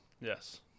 yes